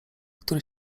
który